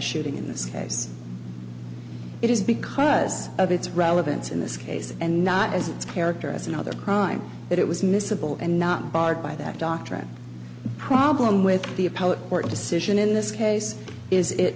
shooting in this case it is because of its relevance in this case and not as its character as in other crime that it was miscible and not bothered by that doctrine problem with the appellate court decision in this case is it